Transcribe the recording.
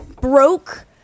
broke